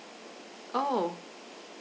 oh